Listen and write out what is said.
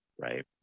Right